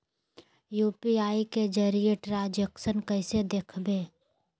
UPI के जरिए कैल ट्रांजेक्शन कैसे देखबै?